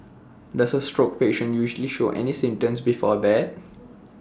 does A stroke patient usually show any symptoms before that